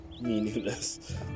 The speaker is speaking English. meaningless